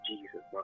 Jesus